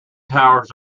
towers